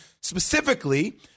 specifically